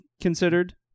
considered